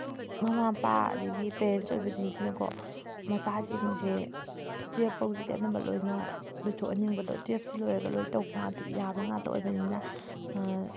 ꯃꯃꯥ ꯃꯄꯥ ꯑꯗꯒꯤ ꯄꯦꯔꯦꯟꯁ ꯑꯣꯏꯕꯁꯤꯡꯁꯤꯅꯀꯣ ꯃꯆꯥꯁꯤꯡꯁꯦ ꯇꯨꯌꯦꯜꯞꯐꯧꯁꯤꯗꯤ ꯑꯅꯝꯕ ꯂꯣꯏꯅ ꯂꯣꯏꯊꯣꯛꯍꯟꯅꯤꯡꯕꯗꯣ ꯇꯨꯌꯦꯜꯞꯁꯤ ꯂꯣꯏꯔꯒ ꯂꯣꯏ ꯇꯧꯕ ꯌꯥꯕ ꯉꯥꯛꯇ ꯑꯣꯏꯕꯅꯤꯅ